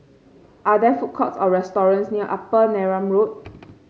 are there food courts or restaurants near Upper Neram Road